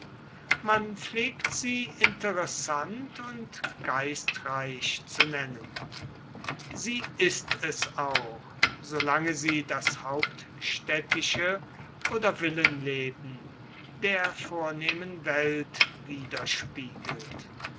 man pflegt sie interessant und geistreich zu nennen sie ist es auch solange sie das hauptstädtische oder villenleben der vornehmen welt widerspiegelt